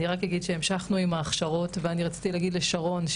אני רק אגיש שהמשכנו עם ההכשרות ואני רציתי להגיד לשרון,